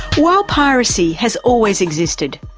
while piracy has always existed,